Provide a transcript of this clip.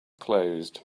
closed